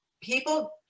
people